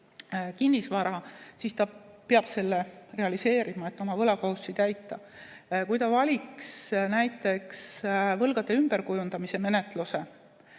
kinnisvara ja ta peab selle realiseerima, et oma võlakohustusi täita. Kui ta valiks võlgade ümberkujundamise menetluse,